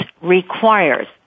requires